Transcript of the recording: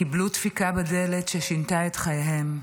קיבלו דפיקה בדלת ששינתה את חייהן: